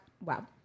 wow